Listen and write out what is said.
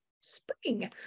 spring